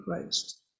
Christ